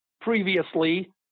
previously